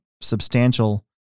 substantial